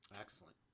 Excellent